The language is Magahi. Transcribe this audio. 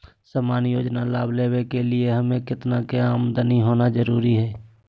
सामान्य योजना लाभ लेने के लिए हमें कितना के आमदनी होना जरूरी है?